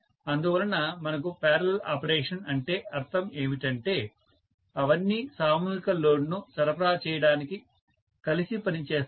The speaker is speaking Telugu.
అందువలన మనకు పారలల్ ఆపరేషన్ అంటే అర్థం ఏమిటంటే అవన్నీ సామూహిక లోడ్ ను సరఫరా చేయడానికి కలిసి పనిచేస్తాయి